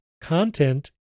content